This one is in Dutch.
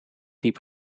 diep